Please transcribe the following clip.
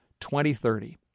2030